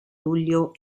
luglio